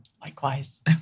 likewise